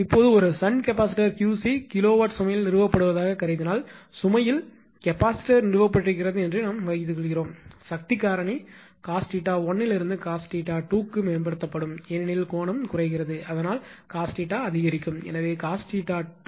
இப்போது ஒரு shunt capacitor 𝑄𝐶 kilowatt சுமையில் நிறுவப்பட்டதாகக் கருதினால் சுமையில் கெபாசிட்டார் நிறுவப்பட்டிருக்கிறது என்று வைத்துக்கொள்வோம் சக்தி காரணிபவர் ஃபாக்டர் cos 𝜃1 இலிருந்து cos 𝜃2 க்கு மேம்படுத்தப்படலாம் ஏனெனில் கோணம் குறைகிறது அதனால் காஸ் தீட்டா அதிகரிக்கும் எனவே இது cos 𝜃2